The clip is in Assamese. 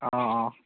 অঁ অঁ